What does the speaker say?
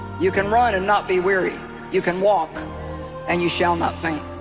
you can run and not be weary you can walk and you shall not faint